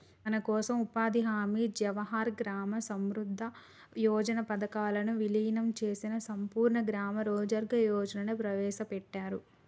మనకోసం ఉపాధి హామీ జవహర్ గ్రామ సమృద్ధి యోజన పథకాలను వీలినం చేసి సంపూర్ణ గ్రామీణ రోజ్గార్ యోజనని ప్రవేశపెట్టారు